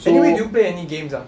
anyway do you play any games ah